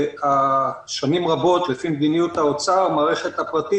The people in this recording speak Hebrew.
ושנים רבות לפי מדיניות האוצר המערכת הפרטית